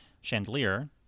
Chandelier